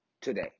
today